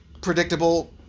predictable